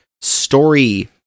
story